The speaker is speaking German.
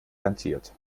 rentiert